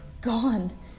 gone